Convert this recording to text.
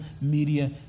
media